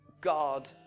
God